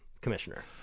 commissioner